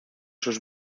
sus